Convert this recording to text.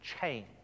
change